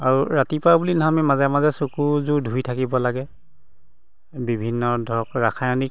আৰু ৰাতিপুৱা বুলি নহয় আমি মাজে মাজে চকুযোৰ ধুই থাকিব লাগে বিভিন্ন ধৰক ৰাসায়নিক